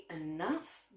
enough